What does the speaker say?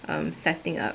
um setting up